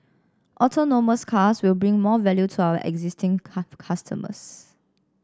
autonomous cars will bring more value to our existing customers